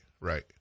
right